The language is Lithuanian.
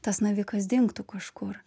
tas navikas dingtų kažkur